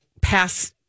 pass